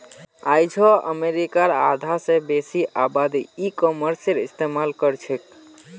आइझो अमरीकार आधा स बेसी आबादी ई कॉमर्सेर इस्तेमाल करछेक